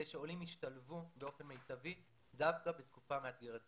שעולים ישתלבו באופן מיטבי דווקא בתקופה מאתגרת זו.